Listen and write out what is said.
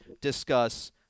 discuss